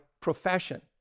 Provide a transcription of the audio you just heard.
profession